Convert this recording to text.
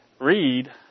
read